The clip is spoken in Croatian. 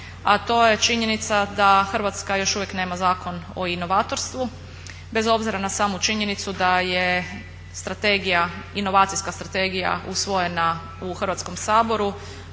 a to je činjenica da Hrvatska još uvijek nema zakon o inovatorstvu. Bez obzira na samu činjenicu da je strategija, inovacijska strategija usvojena u Hrvatskom saboru,